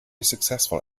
successful